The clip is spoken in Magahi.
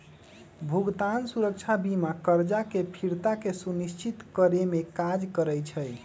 भुगतान सुरक्षा बीमा करजा के फ़िरता के सुनिश्चित करेमे काज करइ छइ